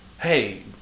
hey